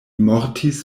mortis